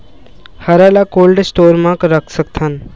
हरा ल cold store म रख सकथन?